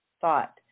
thought